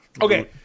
Okay